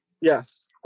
yes